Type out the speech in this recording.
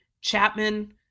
Chapman